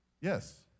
Yes